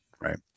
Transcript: right